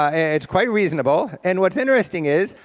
ah it's quite reasonable, and what's interesting is,